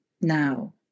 now